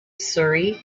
surrey